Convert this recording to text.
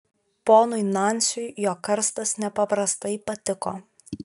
ponui nansiui jo karstas nepaprastai patiko